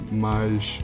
mas